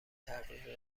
تحقیقی